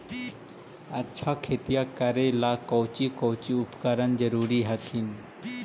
अच्छा खेतिया करे ला कौची कौची उपकरण जरूरी हखिन?